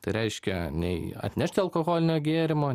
tai reiškia nei atnešti alkoholinio gėrimo